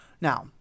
Now